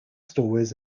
stories